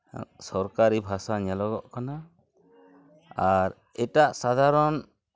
ᱥᱚᱨᱠᱟᱨᱤ ᱵᱷᱟᱥᱟ ᱧᱮᱞᱚᱜᱚᱜ ᱠᱟᱱᱟ ᱟᱨ ᱮᱴᱟᱜ ᱥᱟᱫᱷᱟᱨᱚᱱ